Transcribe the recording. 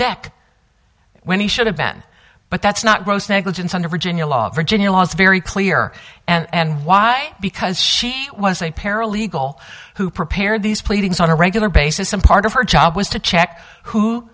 deck when he should have been but that's not gross negligence under virginia law virginia was very clear and why because she was a paralegal who prepared these pleadings on a regular basis and part of her job was to check who